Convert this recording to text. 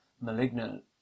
malignant